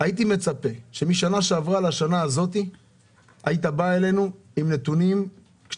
הייתי מצפה שמשנה שעברה לשנה הזאת תבוא עם נתונים אחרים